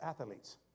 athletes